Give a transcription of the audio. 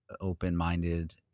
open-minded